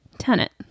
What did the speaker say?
tenant